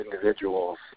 individuals